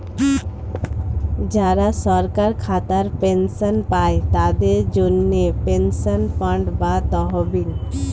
যারা সরকারি খাতায় পেনশন পায়, তাদের জন্যে পেনশন ফান্ড বা তহবিল